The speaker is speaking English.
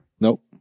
nope